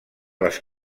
les